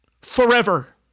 Forever